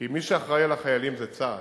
כי מי שאחראי לחיילים זה צה"ל.